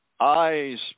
eyes